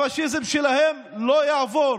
הפשיזם שלהם לא יעבור.